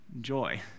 joy